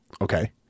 Okay